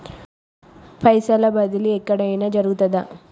పైసల బదిలీ ఎక్కడయిన జరుగుతదా?